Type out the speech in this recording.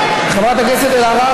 חברת הכנסת אלהרר,